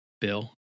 Bill